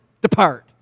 depart